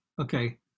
okay